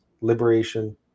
liberation